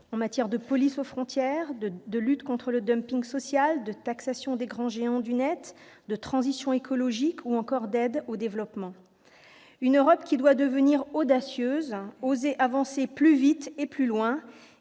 procédures, de police aux frontières, de lutte contre le social, de taxation des géants du net, de transition écologique ou encore d'aide au développement. L'Europe doit devenir audacieuse, oser « avancer » plus vite et plus loin,